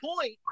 point